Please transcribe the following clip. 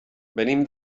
venim